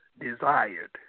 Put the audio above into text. desired